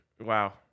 Wow